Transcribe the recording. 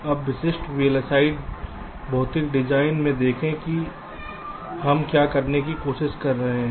अब विशिष्ट वीएलएसआई भौतिक डिज़ाइन में देखें कि हम क्या करने की कोशिश कर रहे हैं